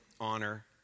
honor